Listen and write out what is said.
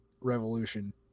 Revolution